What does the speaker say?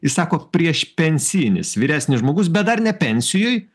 jis sako priešpensijinis vyresnis žmogus bet dar ne pensijoj